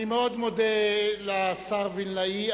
אני מאוד מודה לשר וילנאי.